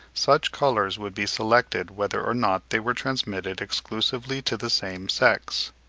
such colours would be selected whether or not they were transmitted exclusively to the same sex.